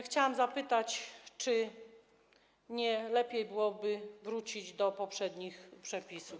Chciałam zapytać: Czy nie lepiej byłoby wrócić do poprzednich przepisów?